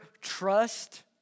trust